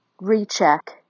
recheck